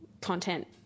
content